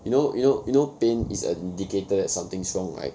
you know you know you know pain is an indicator that something's wrong right